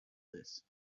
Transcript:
this